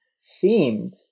seemed